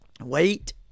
Wait